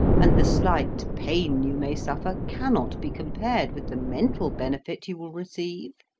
and the slight pain you may suffer cannot be compared with the mental benefit you will receive.